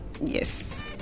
Yes